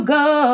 go